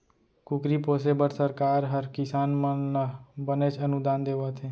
कुकरी पोसे बर सरकार हर किसान मन ल बनेच अनुदान देवत हे